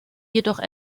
jedoch